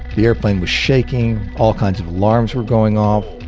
the airplane was shaking all kinds of alarms are going off,